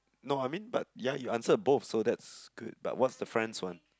no I mean but ya you answered both so that's good but what's the friends one